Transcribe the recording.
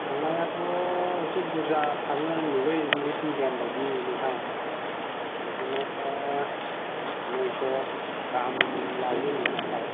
थांनायाथ' एसे बुरजा थाङो होन्दोंलै इंलिस मेडियाम बायदि नोंथां बिदिनो नयस' गाहाम लायोनो मासाव